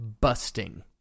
busting